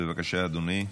בבקשה, אדוני.